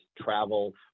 travel